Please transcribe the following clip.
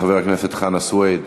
חבר הכנסת חנא סוייד,